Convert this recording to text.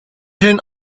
hellen